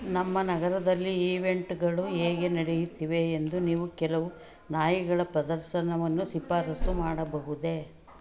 ನಮ್ಮ ನಗರದಲ್ಲಿ ಈವೆಂಟ್ಗಳು ಹೇಗೆ ನಡೆಯುತ್ತಿವೆ ಎಂದು ನೀವು ಕೆಲವು ನಾಯಿಗಳ ಪ್ರದರ್ಶನವನ್ನು ಶಿಫಾರಸ್ಸು ಮಾಡಬಹುದೇ